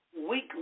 weekly